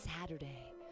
Saturday